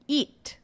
eat